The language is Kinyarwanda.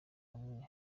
hamwe